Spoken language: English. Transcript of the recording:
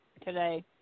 today